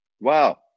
Wow